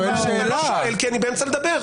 כי אני באמצע לדבר.